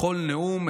בכל נאום,